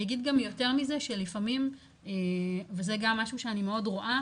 אגיד גם יותר מזה שלפעמים וזה גם משהו שאני מאוד רואה,